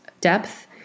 depth